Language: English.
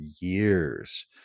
years